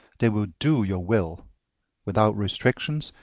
they will do your will without restrictions,